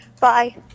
Bye